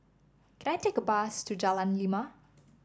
can I take a bus to Jalan Lima